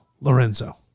Lorenzo